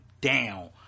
down